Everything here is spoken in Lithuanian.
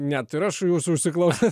net ir aš jūsų užsiklausęs